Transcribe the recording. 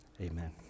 Amen